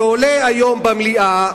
שעולה היום במליאה,